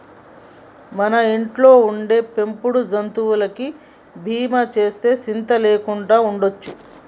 మన ఇళ్ళలో ఉండే పెంపుడు జంతువులకి బీమా సేస్తే సింత లేకుండా ఉండొచ్చు